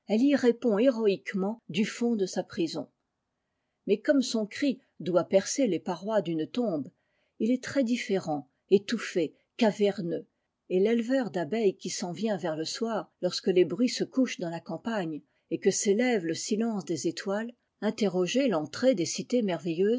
répond héroïquement du fond de sa prison mais comme son cri doit percer les parois d'une tombe il est très disérent étouffé caverneux et l'éleveur d'abeilles qui s'en vient vers le se lorsque les bruits se couchent dans la cam gne et que s'élève le silence des étoiles interrogez l'entrée des cités